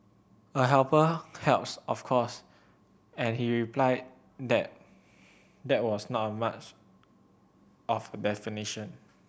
a helper helps of course and he replied that that was not much of the